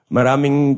Maraming